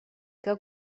que